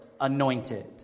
anointed